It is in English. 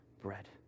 bread